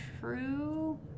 true